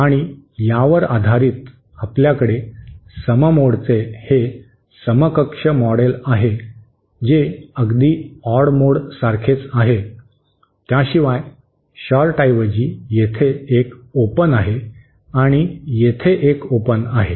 आणि यावर आधारित आपल्याकडे सम मोडचे हे समकक्ष मॉडेल आहे जे अगदी ऑड मोडसारखेच आहे त्याशिवाय शॉर्ट ऐवजी येथे एक ओपन आहे आणि येथे एक ओपन आहे